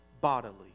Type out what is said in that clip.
bodily